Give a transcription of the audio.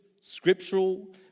scriptural